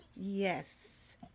Yes